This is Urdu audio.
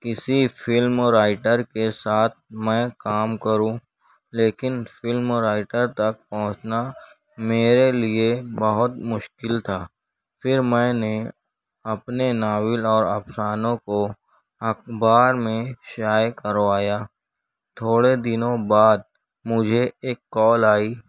کسی فلم رائٹر کے ساتھ میں کام کروں لیکن فلم رایٹر تک پہنچنا میرے لئے بہت مشکل تھا پھر میں نے اپنے ناول اور افسانوں کو اخبار میں شائع کروایا تھوڑے دنوں بعد مجھے ایک کال آئی